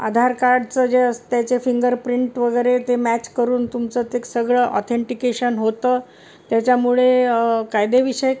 आधार कार्डचं जे असतं त्याचे फिंगरप्रिंट वगैरे ते मॅच करून तुमचं ते सगळं ऑथेंटिकेशन होतं त्याच्यामुळे कायदेविषयक